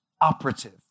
operative